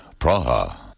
Praha